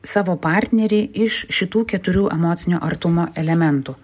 savo partnerį iš šitų keturių emocinio artumo elementų